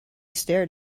stared